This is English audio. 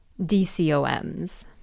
DCOMs